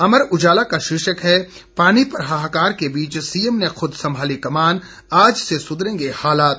अमर उजाला का शीर्षक है पानी पर हाहाकार के बीच सीएम ने खुद संभाली कमान आज से सुधरेंगे हालात